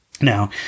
Now